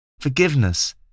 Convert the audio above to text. Forgiveness